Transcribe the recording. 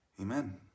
Amen